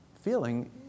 Feeling